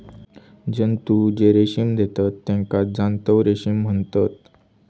जंतु जे रेशीम देतत तेका जांतव रेशीम म्हणतत